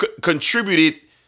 contributed